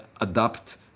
adapt